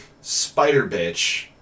Spider-Bitch